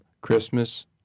Christmas